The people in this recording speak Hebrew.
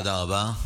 תודה רבה.